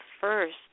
first